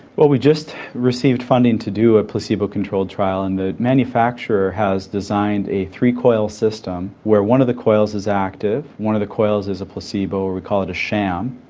well we just received funding to do a placebo controlled trial and the manufacturer has designed a three coil system where one of the coils is active, one of the coils is a placebo, we call it a sham,